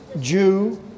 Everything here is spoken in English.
Jew